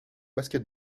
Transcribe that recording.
basket